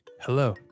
Hello